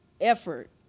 effort